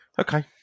Okay